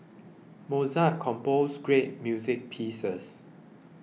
Mozart composed great music pieces